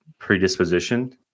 predispositioned